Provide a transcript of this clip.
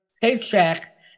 paycheck